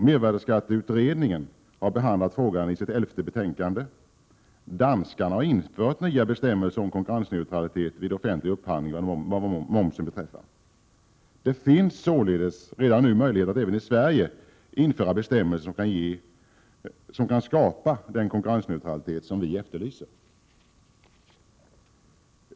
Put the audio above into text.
Mervärdeskatteutredningen har behandlat frågan i sitt elfte betänkande. Danskarna har infört nya bestämmelser om konkurrensneutralitet vid offentlig upphandling vad momsen beträffar. Det finns således redan nu möjlighet att även i Sverige införa bestämmelser som kan skapa den konkurrensneutralitet som vi efterlyser.